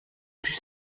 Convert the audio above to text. plus